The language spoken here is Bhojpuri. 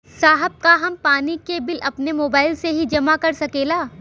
साहब का हम पानी के बिल अपने मोबाइल से ही जमा कर सकेला?